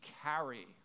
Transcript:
carry